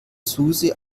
susi